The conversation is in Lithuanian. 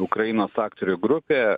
ukrainos aktorių grupė